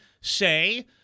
say